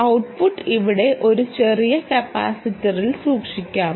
output ഇവിടെ ഒരു ചെറിയ കപ്പാസിറ്ററിൽ സൂക്ഷിക്കാം